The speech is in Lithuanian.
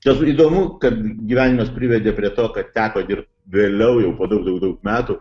kas įdomu kad gyvenimas privedė prie to kad teko dirbti vėliau jau po daug daug daug metų